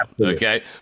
Okay